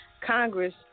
Congress